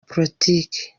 politiki